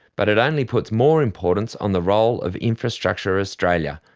but it only puts more importance on the role of infrastructure australia,